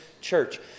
church